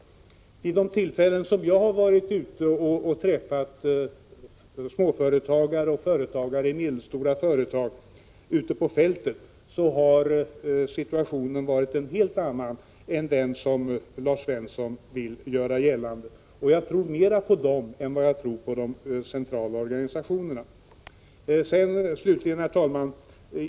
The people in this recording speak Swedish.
Vid de tillfällen jag har varit ute på fältet och träffat företagare i små och medelstora företag har situationen varit en helt annan än den som Lars Svensson beskriver. Jag tror mer på dem än på de centrala organisationerna. Herr talman!